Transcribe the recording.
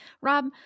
Rob